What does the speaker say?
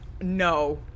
no